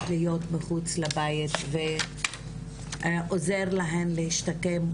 להיות מחוץ לבית ועזור להן להשתקם,